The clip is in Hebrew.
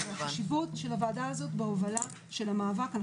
החשיבות של הוועדה הזאת בהובלה של המאבק היא גדולה.